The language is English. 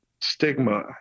stigma